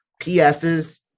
PSs